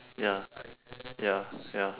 ya ya ya